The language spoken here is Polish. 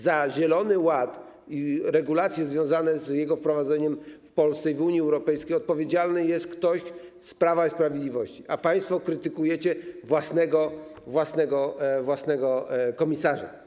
Za zielony ład i regulacje związane z jego wprowadzeniem w Polsce i w Unii Europejskiej odpowiedzialny jest ktoś z Prawa i Sprawiedliwości, a państwo krytykujecie własnego komisarza.